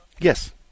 Yes